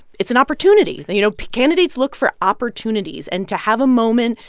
it's an opportunity. you know, candidates look for opportunities. and to have a moment,